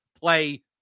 play